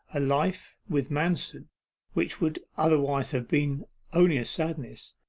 a life with manston which would otherwise have been only a sadness,